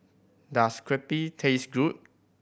does Crepe taste good